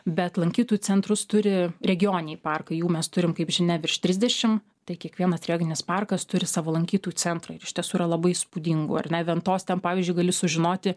bet lankytojų centrus turi regioniniai parkai jų mes turim kaip žinia virš trisdešim tai kiekvienas reoginis parkas turi savo lankytojų centrą ir iš tiesų yra labai įspūdingų ar ne ventos ten pavyzdžiui gali sužinoti